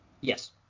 Yes